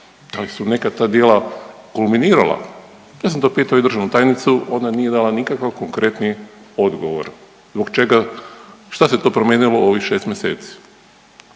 Da li su neka ta djela kulminirala? Ja sam to pitao i državnu tajnicu ona nije dala nikakav konkretni odgovor. Zbog čega, šta se to promijenilo u ovih 6 mjeseci.